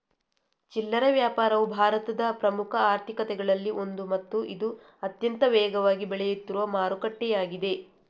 ಚಿಲ್ಲರೆ ವ್ಯಾಪಾರವು ಭಾರತದ ಪ್ರಮುಖ ಆರ್ಥಿಕತೆಗಳಲ್ಲಿ ಒಂದು ಮತ್ತು ಇದು ಅತ್ಯಂತ ವೇಗವಾಗಿ ಬೆಳೆಯುತ್ತಿರುವ ಮಾರುಕಟ್ಟೆಯಾಗಿದೆ